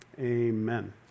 amen